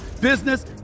business